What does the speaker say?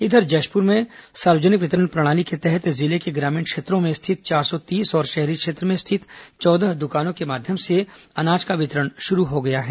इधर जशपुर में सार्वजनिक वितरण प्रणाली के तहत जिले के ग्रामीण क्षेत्रों में स्थित चार सौ तीस और शहरी क्षेत्र में स्थित चौदह दुकानों के माध्यम से खाद्यान्न का वितरण शुरू हो गया है